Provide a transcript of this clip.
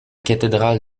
cathédrale